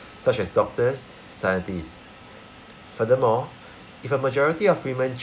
such as doctors scientists furthermore if a majority of women